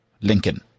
Lincoln